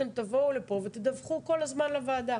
אתם תבואו לפה ותדווחו כל הזמן לוועדה.